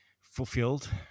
fulfilled